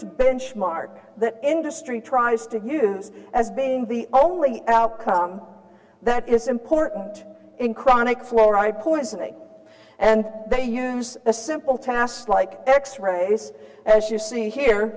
to benchmark that industry tries to use as being the only outcome that is important in chronic fluoride points in a and they use a simple tasks like x rays as you see here